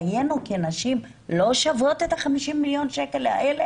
חיינו כנשים לא שווים את הסכום הזה?